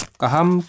kaham